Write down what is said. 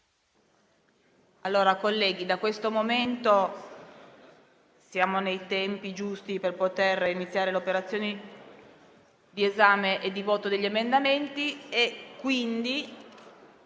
6. Colleghi, da questo momento siamo nei tempi giusti per poter iniziare le operazioni di esame e di voto degli emendamenti. Essendone